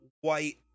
white